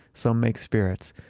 some make spirits,